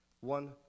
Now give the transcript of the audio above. One